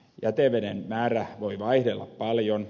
jäteveden määrä voi vaihdella paljon